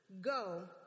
Go